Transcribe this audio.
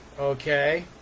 Okay